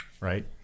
right